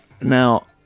Now